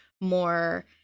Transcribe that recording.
more